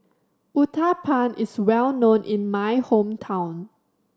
uthapam is well known in my hometown